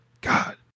God